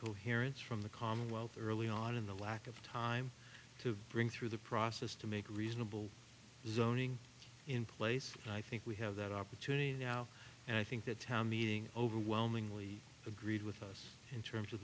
coherence from the commonwealth early on in the lack of time to bring through the process to make reasonable zoning in place and i think we have that opportunity now and i think the town meeting overwhelmingly agreed with us in terms of